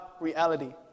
reality